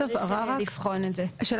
כמה